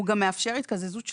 הוא גם מאפשר התקזזות שלילית.